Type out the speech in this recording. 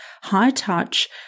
high-touch